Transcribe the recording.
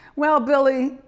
well billy,